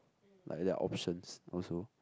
like their options also